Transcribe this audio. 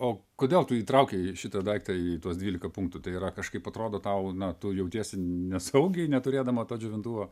o kodėl tu įtraukei šitą daiktą į tuos dvylika punktų tai yra kažkaip atrodo tau na tu jautiesi nesaugiai neturėdama to džiovintuvo